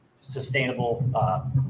sustainable